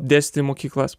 dėstyti į mokyklas